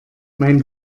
mein